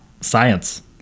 science